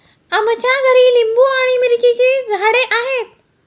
आमच्या घरी लिंबू आणि मिरचीची झाडे आहेत